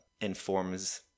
informs